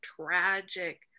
tragic